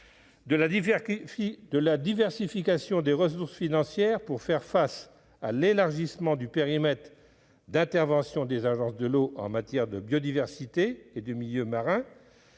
de la diversification des ressources financières pour faire face à l'élargissement du périmètre d'intervention des agences de l'eau en matière de biodiversité et de milieu marin